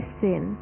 sin